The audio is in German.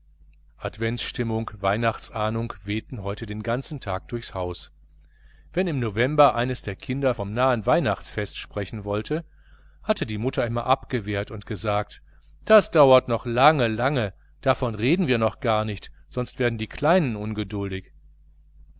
adventsstimmung weihnachtsahnung wehten heute den ganzen tag durchs haus wenn im november eines der kinder vom nahen weihnachtsfest sprechen wollte hatte die mutter immer abgewehrt und gesagt das dauert noch lange lange davon reden wir noch gar nicht sonst werden die kleinen ungeduldig